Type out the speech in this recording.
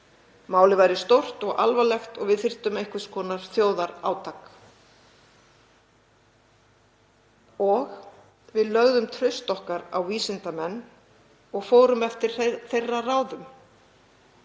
málið væri stórt og alvarlegt og við þyrftum einhvers konar þjóðarátak. Við lögðum traust okkar á vísindamenn og fórum eftir ráðum